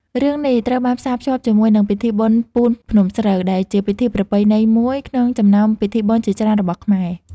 រឿងនេះត្រូវបានផ្សារភ្ជាប់ជាមួយនឹងពិធីបុណ្យពូនភ្នំស្រូវ ដែលជាពិធីប្រពៃណីមួយក្នុងចំណោមពិធីបុណ្យជាច្រើនរបស់ខ្មែរ។